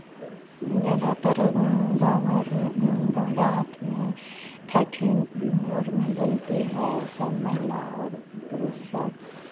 ज़्यादातर गाँव घर में गाँव देहात में ठेठी हिन्दी और में बोलती है सब महिला और पुरुष सब